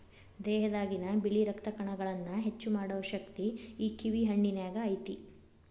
ದೇಹದಾಗಿನ ಬಿಳಿ ರಕ್ತ ಕಣಗಳನ್ನಾ ಹೆಚ್ಚು ಮಾಡು ಶಕ್ತಿ ಈ ಕಿವಿ ಹಣ್ಣಿನ್ಯಾಗ ಐತಿ